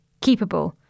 keepable